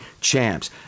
champs